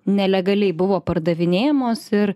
nelegaliai buvo pardavinėjamos ir